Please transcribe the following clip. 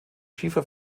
schiefer